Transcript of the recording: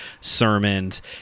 sermons